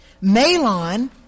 Malon